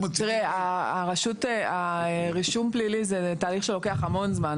תראה, רישום פלילי זה תהליך שלוקח המון זמן.